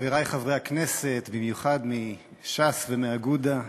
חברי חברי הכנסת, במיוחד מש"ס ומאגודה,